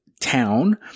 town